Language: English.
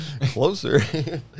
Closer